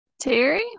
Terry